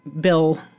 Bill